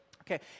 Okay